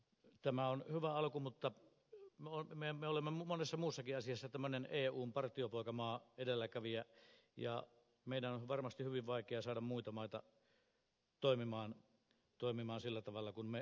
tämä on hyvä alku mutta me olemme monessa muussakin asiassa tämmöinen eun partiopoikamaa edelläkävijä ja meidän on varmasti hyvin vaikea saada muita maita toimimaan sillä tavalla kuin me haluaisimme